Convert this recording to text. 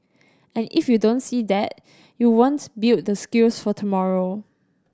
and if you don't see that you won't build the skills for tomorrow